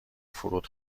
فرود